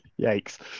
Yikes